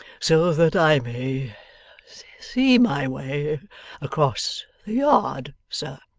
so that i may see my way across the yard, sir